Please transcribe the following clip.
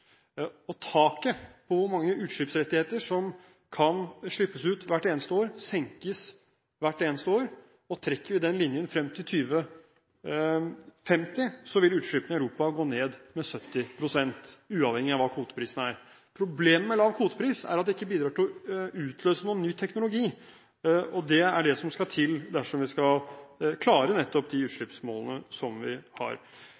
Taket for utslippsrettigheter og hvor mye som kan slippes ut hvert år, senkes hvert eneste år. Trekker vi den linjen frem til 2050, vil utslippene i Europa gå ned med 70 pst., uavhengig av hva kvoteprisene er. Problemet med lav kvotepris er at det ikke bidrar til å utløse ny teknologi, og det er det som skal til dersom vi skal klare nettopp de utslippsmålene vi har.